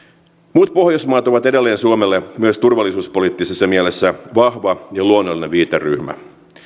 muut pohjoismaat ovat edelleen suomelle myös turvallisuuspoliittisessa mielessä vahva ja luonnollinen viiteryhmä